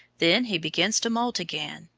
then he begins to moult again,